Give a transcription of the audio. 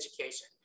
Education